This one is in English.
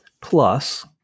Plus